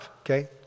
okay